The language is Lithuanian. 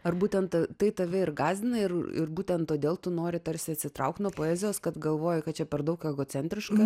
ar būtent tai tave ir gąsdina ir ir būtent todėl tu nori tarsi atsitraukt nuo poezijos kad galvoji kad čia per daug egocentriška